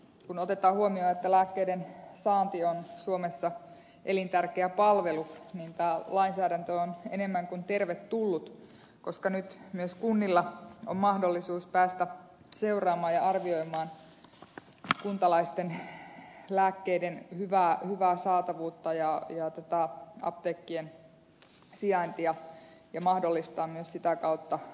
kun otetaan huomioon että lääkkeiden saanti on suomessa elintärkeä palvelu niin tämä lainsäädäntö on enemmän kuin tervetullut koska nyt myös kunnilla on mahdollisuus päästä seuraamaan ja arvioimaan kuntalaisten lääkkeiden hyvää saatavuutta ja apteekkien sijaintia ja se mahdollistaa myös sitä kautta uusien palvelupisteiden pystyyn laiton